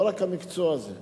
לא רק המקצוע הזה,